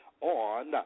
on